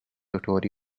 autori